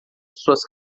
suas